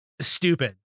Stupid